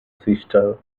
sister